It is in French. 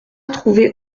trouver